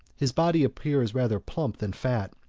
his body appears rather plump than fat,